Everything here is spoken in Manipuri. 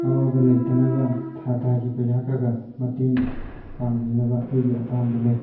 ꯑꯋꯥꯕ ꯂꯩꯇꯅꯕ ꯊꯥ ꯊꯥꯒꯤ ꯄꯩꯁꯥ ꯈꯒ ꯃꯇꯦꯡ ꯄꯥꯡꯕꯤꯅꯕ ꯑꯩꯒꯤ ꯑꯄꯥꯝꯕ ꯂꯩ